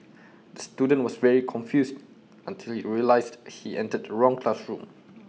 the student was very confused until he realised he entered the wrong classroom